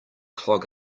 clog